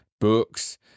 books